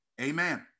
Amen